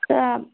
তা